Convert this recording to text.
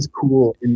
Cool